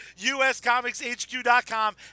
USComicsHQ.com